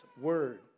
word